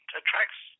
attracts